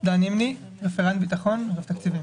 דן נמני, רפרנט בטחון באגף התקציבים.